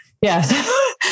Yes